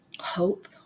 hope